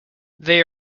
they